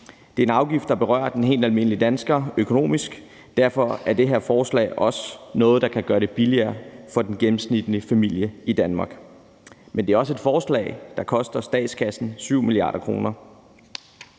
Det er en afgift, der berører den helt almindelige dansker økonomisk. Derfor er det her forslag også noget, der kan gøre det billigere for den gennemsnitlige familie i Danmark. Men det er også et forslag, der koster statskassen 7 mia. kr.